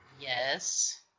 Yes